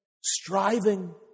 striving